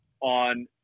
on